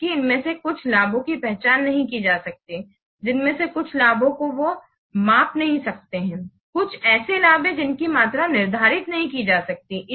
जबकि इनमें से कुछ लाभों की पहचान नहीं की जा सकती है जिनमें से कुछ लाभों को वे नहीं माप सकते हैं कुछ ऐसे लाभ हैं जिनकी मात्रा निर्धारित नहीं की जा सकती है